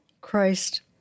Christ